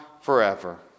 forever